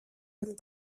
and